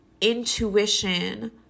intuition